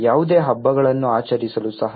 ಯಾವುದೇ ಹಬ್ಬಗಳನ್ನು ಆಚರಿಸಲು ಸಹ